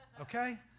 Okay